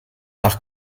nach